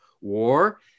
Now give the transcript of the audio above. War